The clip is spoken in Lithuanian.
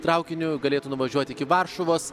traukiniu galėtų nuvažiuot iki varšuvos